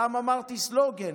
פעם אמרתי סלוגן: